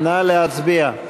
נא להצביע.